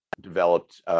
developed